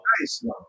Nice